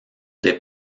des